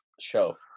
show